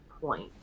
point